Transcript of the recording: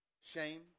shame